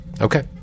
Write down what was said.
Okay